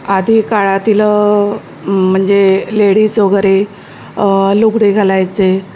आधी काळातील म्हणजे लेडीज वगैरे लुगडे घालायचे